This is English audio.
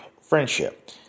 friendship